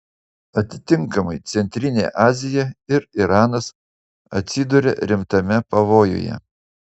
atitinkamai centrinė azija ir iranas atsiduria rimtame pavojuje